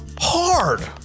Hard